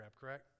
correct